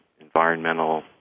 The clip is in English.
environmental